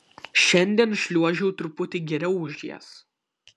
šiandien šliuožiau truputį geriau už jas